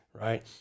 right